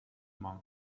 monk